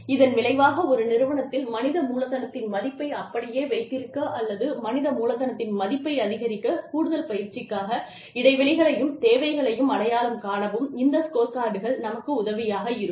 இதன் விளைவாக ஒரு நிறுவனத்தில் மனித மூலதனத்தின் மதிப்பை அப்படியே வைத்திருக்க அல்லது மனித மூலதனத்தின் மதிப்பை அதிகரிக்க கூடுதல் பயிற்சிக்காக இடைவெளிகளையும் தேவைகளையும் அடையாளம் காணவும் இந்த ஸ்கோர்கார்டுகள் நமக்கு உதவியாக இருக்கும்